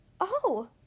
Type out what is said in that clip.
Oh